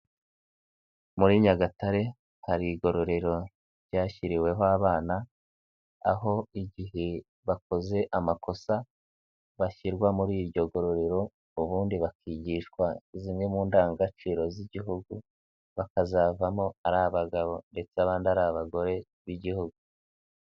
Muri nyagatare hari igororero ryashyiriweho abana, aho igihe bakoze amakosa bashyirwa muri iryo ngororero ubundi bakigishwa zimwe mu ndangagaciro z'igihugu, bakazavamo ari abagabo ndetse abandi ari abagore b'Igihugu.